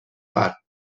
per